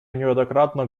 неоднократно